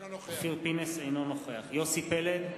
אינו נוכח יוסי פלד,